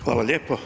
Hvala lijepo.